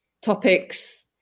topics